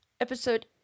episode